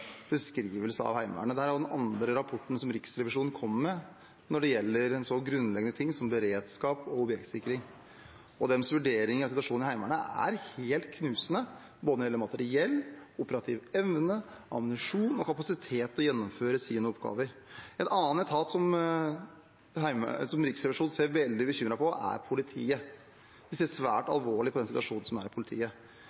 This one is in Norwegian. med når det gjelder en så grunnleggende ting som beredskap og objektsikring, og deres vurdering av situasjonen i Heimevernet er helt knusende, både når det gjelder materiell, operativ evne, ammunisjon og kapasitet til å gjennomføre sine oppgaver. En annen etat som Riksrevisjonen ser med stor bekymring på, er politiet – de ser svært